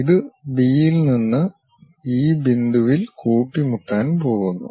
ഇത് ബി യിൽ നിന്ന് ഈ ബിന്ദുവിൽ കൂട്ടിമുട്ടാൻ പോകുന്നു